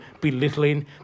belittling